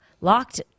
locked